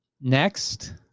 next